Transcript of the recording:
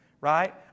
right